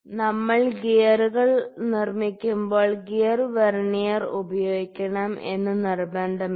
നമ്മൾ ഗിയറുകൾ നിർമ്മിക്കുമ്പോൾ ഗിയർ വെർനിയർ ഉപയോഗിക്കണം എന്ന് നിര്ബന്ധമില്ല